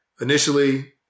initially